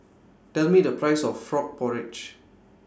Tell Me The Price of Frog Porridge